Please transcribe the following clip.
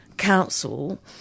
council